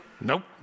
Nope